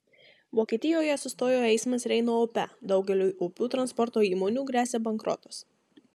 vokietijoje sustojo eismas reino upe daugeliui upių transporto įmonių gresia bankrotas